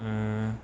um